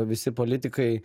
visi politikai